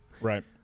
right